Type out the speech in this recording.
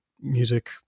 music